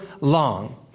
long